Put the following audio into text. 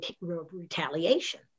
retaliation